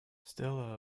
still